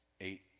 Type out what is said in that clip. Eight